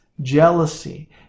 jealousy